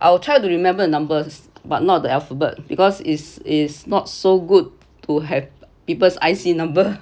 I'll try to remember numbers but not the alphabet because is is not so good to have people's I_C number